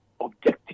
objective